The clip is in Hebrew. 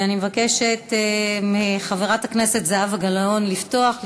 אני מבקשת מחברת הכנסת זהבה גלאון לפתוח.